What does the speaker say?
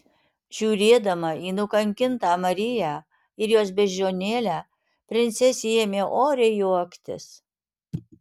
žiūrėdama į nukankintą mariją ir jos beždžionėlę princesė ėmė oriai juoktis